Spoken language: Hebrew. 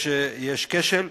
יש כשל.